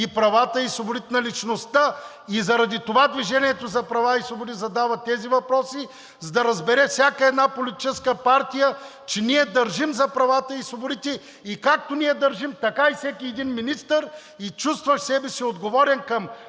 правата и свободите на личността. Заради това „Движение за права и свободи“ задава тези въпроси, за да разбере всяка една политическа партия, че ние държим за правата и свободите. И както ние държим, така всеки един министър и чувстващ себе си отговорен към